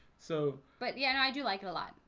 so, but yeah, no i do like it a lot.